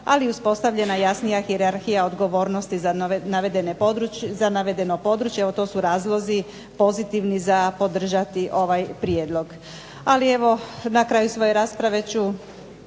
ali je uspostavljena i jasnija hijerarhija odgovornosti za navedeno područje, evo to su razlozi, pozitivni za podržati ovaj prijedlog. Ali evo na kraju svoje rasprave ću